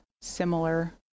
similar